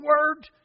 Word